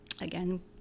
Again